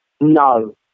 No